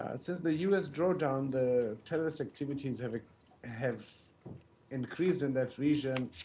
since the u s. drawdown, the terrorist activities have have increased in that region.